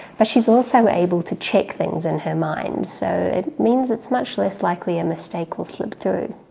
but she's also able to check things in her mind so it means it's much less likely a mistake will slip through.